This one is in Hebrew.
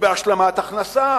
ובהשלמת הכנסה